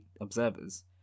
observers